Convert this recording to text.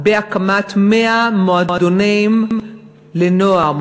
בהקמת 100 מועדונים לנוער,